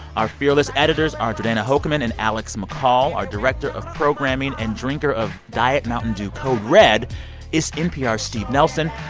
our fearless editors are jordana hochman and alex mccall. our director of programming and drinker of diet mountain dew code red is npr's steve nelson.